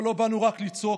אבל לא באנו רק לצעוק,